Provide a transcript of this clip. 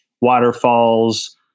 waterfalls